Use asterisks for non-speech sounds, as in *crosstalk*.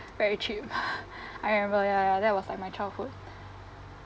very cheap *laughs* I remember ya ya that was like my childhood *breath*